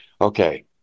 okay